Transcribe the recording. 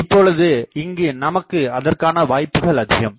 இப்போது இங்கு நமக்கு அதற்கான வாய்ப்புகள் அதிகம்